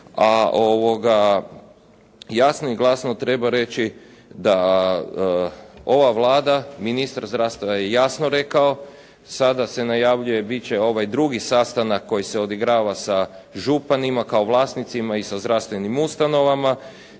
Hrvatskoj. Jasno i glasno treba reći da ova Vlada, ministar zdravstva je jasno rekao, sada se najavljuje bit će ovaj drugi sastanak koji se odigrava sa županima kao vlasnicima i sa zdravstvenim ustanovama,